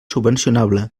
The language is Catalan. subvencionable